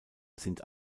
sind